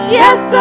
yes